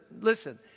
listen